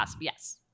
Yes